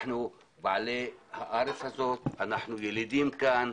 אנחנו בעלי הארץ הזאת, אנחנו ילידים כאן,